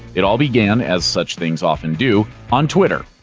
it all began as such things often do on twitter.